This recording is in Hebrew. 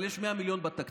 אבל יש 100 מיליון בתקציב,